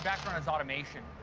background is automation.